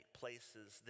places